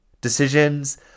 decisions